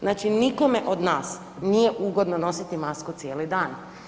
Znači nikome od nas nije ugodno nositi masku cijeli dan.